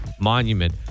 Monument